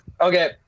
Okay